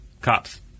Cops